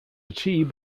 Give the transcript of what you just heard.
achieved